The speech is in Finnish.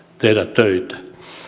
tehdä töitä